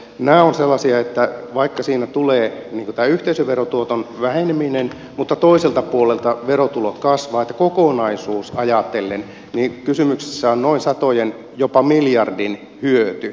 nämä ovat sellaisia että vaikka siinä tulee tämä yhteisöverotuoton väheneminen niin toiselta puolelta verotulot kasvavat niin että kokonaisuus ajatellen kysymyksessä on noin satojen jopa miljardin hyöty